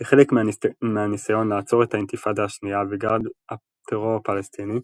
כחלק מהניסיון לעצור את האינתיפאדה השנייה וגל הטרור הפלסטיני,